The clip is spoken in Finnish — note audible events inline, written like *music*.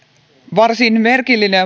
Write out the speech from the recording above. varsin merkillinen *unintelligible*